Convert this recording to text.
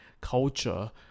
culture